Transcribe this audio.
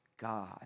God